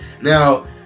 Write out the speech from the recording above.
Now